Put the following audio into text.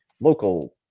local